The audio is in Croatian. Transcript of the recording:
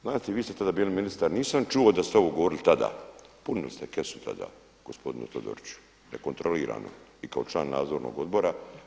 Znate vi ste tada bili ministar, nisam čuo da ste ovo govorili tada, punili ste kesu tada gospodinu Todoriću, nekontrolirano i kao član nadzornog odbora.